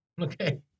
Okay